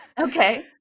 Okay